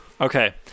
Okay